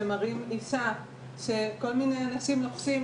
למעשה כל האזור הופך להיות משותק.